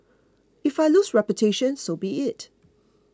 if I lose reputation so be it